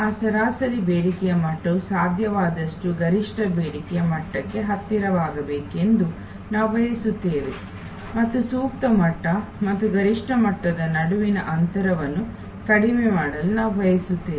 ಆ ಸರಾಸರಿ ಬೇಡಿಕೆಯ ಮಟ್ಟವು ಸಾಧ್ಯವಾದಷ್ಟು ಗರಿಷ್ಠ ಬೇಡಿಕೆಯ ಮಟ್ಟಕ್ಕೆ ಹತ್ತಿರವಾಗಬೇಕೆಂದು ನಾವು ಬಯಸುತ್ತೇವೆ ಮತ್ತು ಸೂಕ್ತ ಮಟ್ಟ ಮತ್ತು ಗರಿಷ್ಠ ಮಟ್ಟದ ನಡುವಿನ ಅಂತರವನ್ನು ಕಡಿಮೆ ಮಾಡಲು ನಾವು ಬಯಸುತ್ತೇವೆ